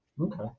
Okay